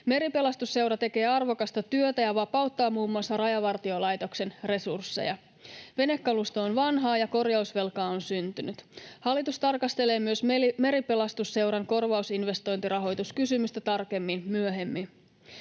Meripelastusseura tekee arvokasta työtä ja vapauttaa muun muassa Rajavartiolaitoksen resursseja. Venekalusto on vanhaa, ja korjausvelkaa on syntynyt. Hallitus tarkastelee myös Meripelastusseuran korvausinvestointirahoituskysymystä tarkemmin myöhemmin.